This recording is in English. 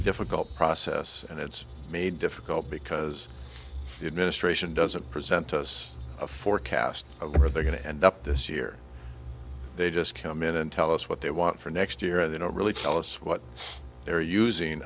difficult process and it's made difficult because it ministration doesn't present us a forecast or they're going to end up this year they just come in and tell us what they want for next year they don't really tell us what they're using